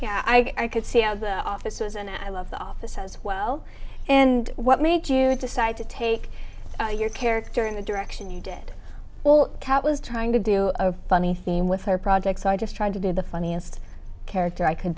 know i could see how the office was and i love the office as well and what made you decide to take your character in the direction you did well kat was trying to do a funny thing with her project so i just tried to do the funniest character i c